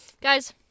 Guys